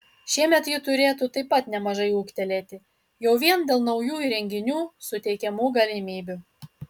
šiemet ji turėtų taip pat nemažai ūgtelėti jau vien dėl naujų įrenginių suteikiamų galimybių